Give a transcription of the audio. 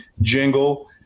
jingle